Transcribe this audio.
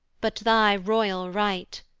but thy royal right.